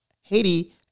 Haiti